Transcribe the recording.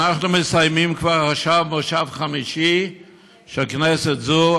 אנחנו מסיימים כבר עכשיו כנס חמישי של כנסת זו,